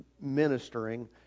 ministering